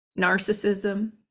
narcissism